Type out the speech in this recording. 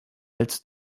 als